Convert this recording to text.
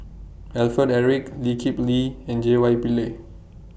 Alfred Eric Lee Kip Lee and J Y Pillay